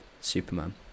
Superman